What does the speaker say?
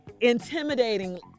intimidating